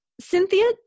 Cynthia